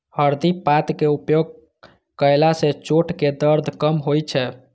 हरदि पातक उपयोग कयला सं चोटक दर्द कम होइ छै